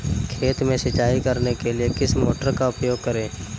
खेत में सिंचाई करने के लिए किस मोटर का उपयोग करें?